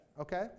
Okay